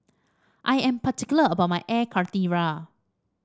I am particular about my Air Karthira